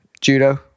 Judo